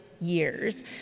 years